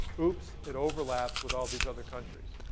oops, it overlaps with all these other countries.